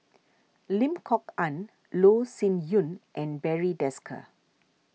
Lim Kok Ann Loh Sin Yun and Barry Desker